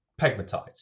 pegmatites